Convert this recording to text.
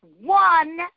one